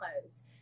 clothes